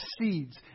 seeds